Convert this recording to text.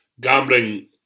gambling